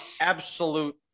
absolute